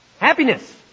Happiness